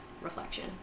Reflection